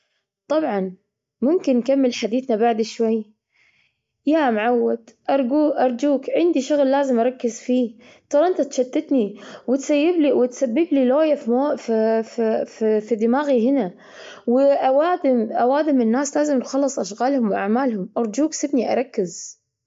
طبعا ممكن نكمل حديثنا بعد شوي؟ يا معوض! أرجوك-أرجوك عندي شغل لازم اركز فيه ترى أنت تشتتني وتسيب لي - وتسبب لي في دماغي هنا أوادم- وأوادم الناس لازم يخلص أشغالهم وأعمالهم أرجوك سيبني أركز.